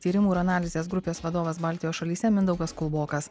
tyrimų ir analizės grupės vadovas baltijos šalyse mindaugas kulbokas